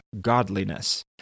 godliness